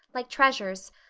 like treasures.